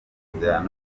y’imyaka